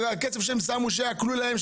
שהכסף שהם שמו שיעקלו להם,